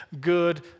good